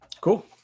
Cool